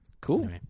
Cool